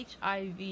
HIV